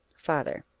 father.